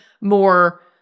more